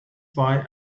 why